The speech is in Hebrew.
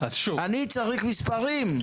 אני צריך מספרים.